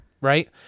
right